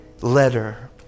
letter